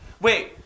Wait